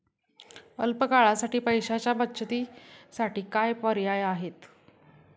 अल्प काळासाठी पैशाच्या बचतीसाठी काय पर्याय आहेत?